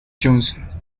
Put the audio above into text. johnson